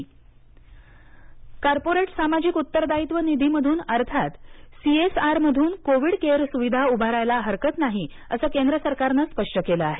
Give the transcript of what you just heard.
मान्यता कार्पोरेट सामाजिक उत्तरदायित्व निधीमधून अर्थात सी इस आर मधून कोविड केअर सुविधा उभारायला हरकत नाही असं केंद्रसरकारने स्पष्ट केलं आहे